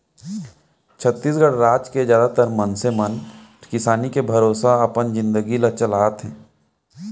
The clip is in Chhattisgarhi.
छत्तीसगढ़ राज के जादातर मनसे मन किसानी के भरोसा अपन जिनगी ल चलाथे